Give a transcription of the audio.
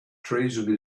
treason